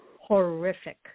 horrific